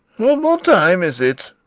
what time is it?